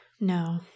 No